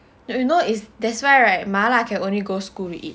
you know that's why right 麻辣 can only go school to eat